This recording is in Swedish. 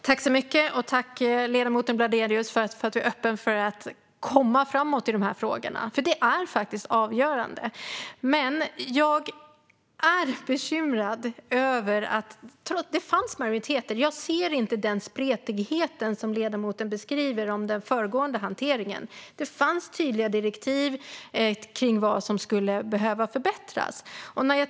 Fru talman! Tack, ledamoten Bladelius, för att du är öppen för att komma framåt i dessa frågor - det är faktiskt avgörande. Jag är bekymrad. Det fanns majoriteter. Jag ser inte den spretighet som ledamoten beskriver när det gäller den föregående hanteringen. Det fanns tydliga direktiv kring vad som skulle behöva förbättras.